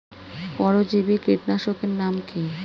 পরজীবী কীটনাশকের নাম কি?